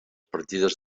partides